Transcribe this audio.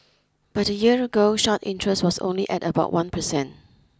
but a year ago short interest was only at about one percent